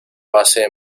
base